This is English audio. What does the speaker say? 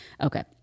Okay